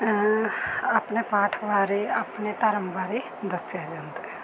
ਆਪਣੇ ਪਾਠ ਬਾਰੇ ਆਪਣੇ ਧਰਮ ਬਾਰੇ ਦੱਸਿਆ ਜਾਂਦਾ ਹੈ